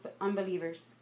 unbelievers